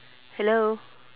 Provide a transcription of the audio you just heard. hello